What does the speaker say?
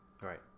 right